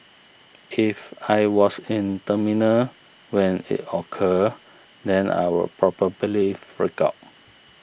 if I was in terminal when it occurred then I'll probably freak out